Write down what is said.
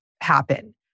happen